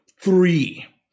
three